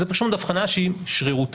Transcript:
זה פשוט מאוד אבחנה שהיא שרירותית.